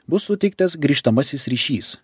bus suteiktas grįžtamasis ryšys